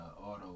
auto